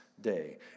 day